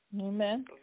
Amen